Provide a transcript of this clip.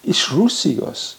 iš rusijos